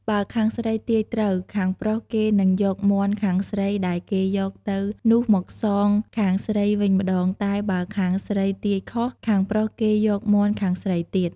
បើខាងស្រីទាយត្រូវ ខាងប្រុសគេនឹងយកមាន់ខាងស្រីដែលគេយកទៅនោះមកសងខាងស្រីវិញម្តង តែបើខាងស្រីទាយខុស ខាងប្រុសគេយកមាន់ខាងស្រីទៀត។